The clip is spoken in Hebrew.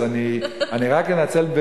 אז אני רק אנצל,